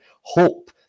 hope